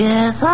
Yes